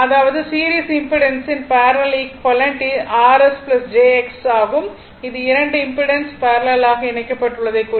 அதாவது சீரிஸ் இம்பிடன்ஸின் parallel equivalent rs jXS ஆகும் இது இரண்டு இம்பிடன்ஸ் பேரலல் ஆக இணைக்கப்பட்டுள்ளதை குறிக்கும்